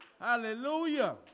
Hallelujah